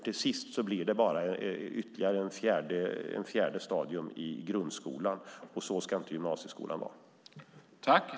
Då blir den till sist ett fjärde stadium i grundskolan, och det ska gymnasieskolan inte vara.